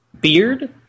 Beard